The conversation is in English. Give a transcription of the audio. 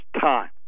time